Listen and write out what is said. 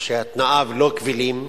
שתנאיו לא קבילים.